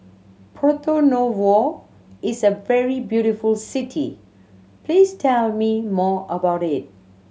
Porto Novo is a very beautiful city please tell me more about it